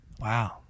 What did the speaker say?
Wow